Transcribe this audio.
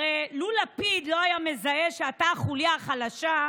הרי לו לפיד לא היה מזהה שאתה חוליה חלשה,